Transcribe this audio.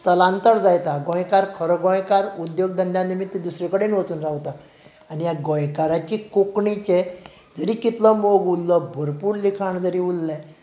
स्थलांतर जायत आसा गोंयकार खरो गोंयकार उद्दोग धंद्या निमित्त दुसरे कडेन वचून रावता आनी ह्या गोंयकाराची कोंकणीचेर जरी कितलोय मोग उरलो भरपूर लिखाण जरी उरलें